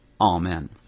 Amen